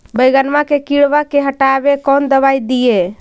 बैगनमा के किड़बा के हटाबे कौन दवाई दीए?